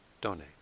donate